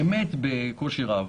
זה נעשה באמת בקושי רב.